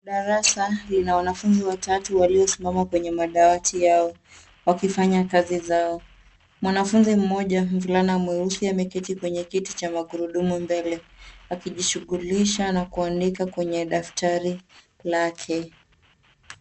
Darasa lina wanafunzi watatu waliosimama kwenye madawati yao ,wakifanya kazi zao. Mwnafunzi mmoja mvuluna mweusi ameketi kwenye kiti cha magurudumu mbele akijishughulisha na kuandika. kwenye daftari Lake.